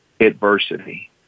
adversity